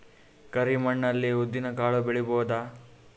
ಕರಿ ಮಣ್ಣ ಅಲ್ಲಿ ಉದ್ದಿನ್ ಕಾಳು ಬೆಳಿಬೋದ?